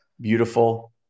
beautiful